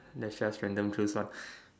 let's just randomly choose one